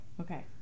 Okay